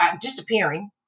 disappearing